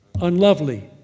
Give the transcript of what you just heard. unlovely